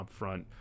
upfront